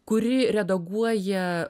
kuri redaguoja